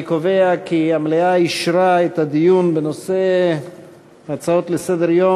אני קובע כי המליאה אישרה את הדיון בהצעות לסדר-יום